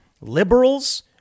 Liberals